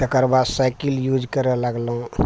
तकर बाद cycle use करऽ लगलहुँ